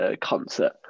concert